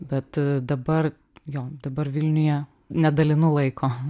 bet dabar jo dabar vilniuje nedalinu laiko